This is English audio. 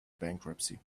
bankruptcy